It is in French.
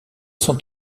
sont